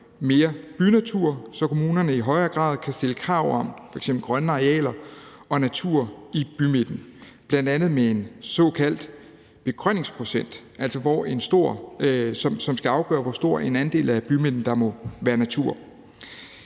mere bynatur, så kommunerne i højere grad kan stille krav om f.eks. grønne arealer og natur i bymidten, bl.a. med en såkaldt begrønningsprocent, som skal afgøre, hvor stor en andel af bymidten der må være natur.